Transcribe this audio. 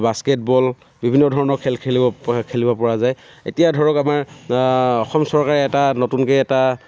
basket বল বিভিন্ন ধৰণৰ খেল খেলিব খেল খেলিব পৰা যায় এতিয়া ধৰক আমাৰ অসম চৰকাৰে এটা নতুনকে এটা